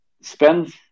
spend